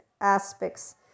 aspects